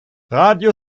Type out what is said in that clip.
radio